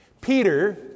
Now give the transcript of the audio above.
Peter